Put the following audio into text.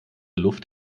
luft